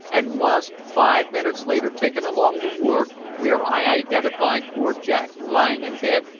and was, five minutes later, taken along the ward, where i identified poor jack lying in bed,